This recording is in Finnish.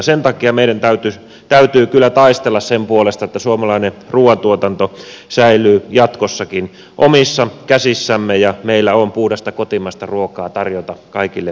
sen takia meidän täytyy kyllä taistella sen puolesta että suomalainen ruuantuotanto säilyy jatkossakin omissa käsissämme ja meillä on puhdasta kotimaista ruokaa tarjota kaikille kuluttajille